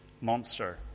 monster